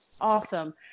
Awesome